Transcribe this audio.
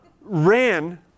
ran